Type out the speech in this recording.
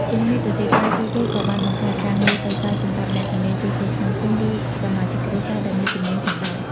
ជាងនេះទៅទៀត ការជួសជុលក៏បានបង្កើតការងារតូចតាចសម្រាប់អ្នកជំនាញជួសជុលក្នុងភូមិ ឬសមាជិកគ្រួសារដែលមានជំនាញផងដែរ។